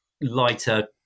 lighter